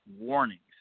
warnings